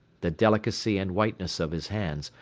the delicacy and whiteness of his hands,